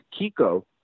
Kiko